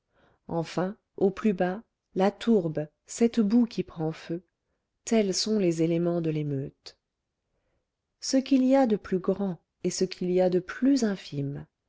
enfin au plus bas la tourbe cette boue qui prend feu tels sont les éléments de l'émeute ce qu'il y a de plus grand et ce qu'il y a de plus infime